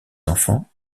enfants